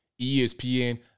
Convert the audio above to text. ESPN